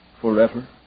forever